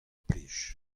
plij